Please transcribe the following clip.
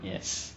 yes